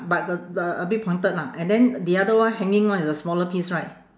but the the a bit pointed lah and then the other one hanging one is a smaller piece right